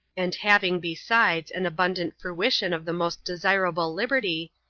and having, besides, an abundant fruition of the most desirable liberty,